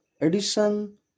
Addition